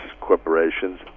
corporations